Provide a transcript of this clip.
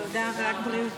תודה, ורק בריאות.